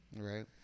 right